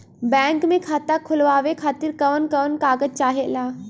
Bank मे खाता खोलवावे खातिर कवन कवन कागज चाहेला?